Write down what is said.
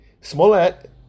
Smollett